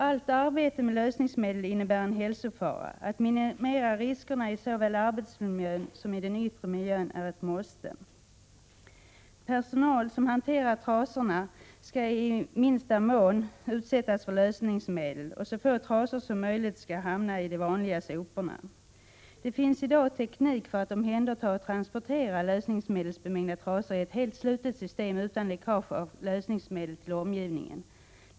Allt arbete med lösningsmedel innebär en hälsofara. Att minimera riskerna såväl i arbetsmiljön som i den yttre miljön är en nödvändighet. Personal som hanterar trasorna skall i minsta möjliga mån utsättas för lösningsmedel, och så få trasor som möjligt skall hamna i de vanliga soporna. Det finns i dag teknik för att omhänderta och transportera lösningsmedelsbemängda trasor i ett helt slutet system utan läckage av lösningsmedel till omgivningen.